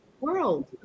world